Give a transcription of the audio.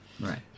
Right